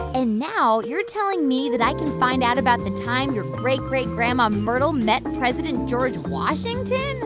and now, you're telling me that i can find out about the time your great-great-grandma myrtle met president george washington?